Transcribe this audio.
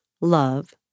love